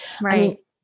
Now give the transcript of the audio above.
right